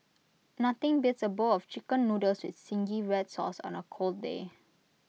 nothing beats A bowl of Chicken Noodles with Zingy Red Sauce on A cold day